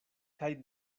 kaj